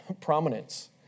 prominence